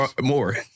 More